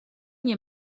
nie